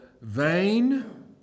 vain